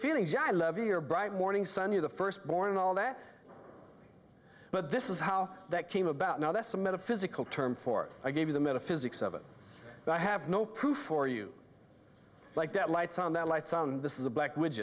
feelings i love your bright morning sun you're the firstborn and all that but this is how that came about now that's a metaphysical term for i gave you the metaphysics of it but i have no proof for you like that light's on that lights on this is a black w